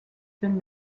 been